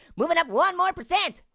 moving up one more percent.